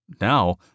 Now